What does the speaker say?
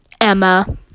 Emma